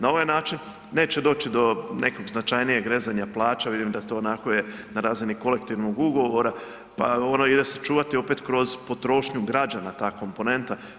Na ovaj način neće doći do nekog značajnijeg rezanja plaća, vidim da to onako je na razini kolektivnog ugovora, pa ono ide se čuvati opet kroz potrošnju građana ta komponenta.